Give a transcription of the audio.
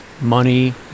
money